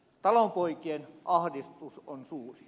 talonpoikien ahdistus on suuri